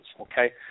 okay